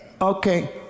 okay